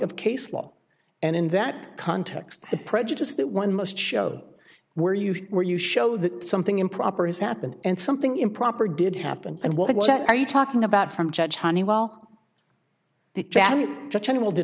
of case law and in that context the prejudice that one must show where you were you show that something improper has happened and something improper did happen and what are you talking about from judge honeywell